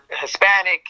Hispanic